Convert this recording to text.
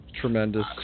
tremendous